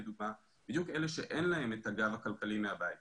בדיוק אלה שאין להם את הגב הכלכלי מהבית.